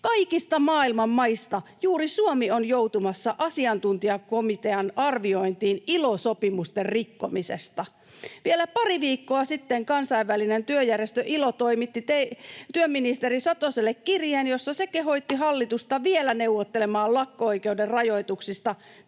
Kaikista maailman maista juuri Suomi on joutumassa asiantuntijakomitean arviointiin ILO-sopimusten rikkomisesta. Vielä pari viikkoa sitten Kansainvälinen työjärjestö ILO toimitti työministeri Satoselle kirjeen, jossa se kehotti hallitusta vielä neuvottelemaan lakko-oikeuden rajoituksista